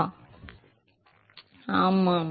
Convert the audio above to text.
மாணவர் ஆமாம்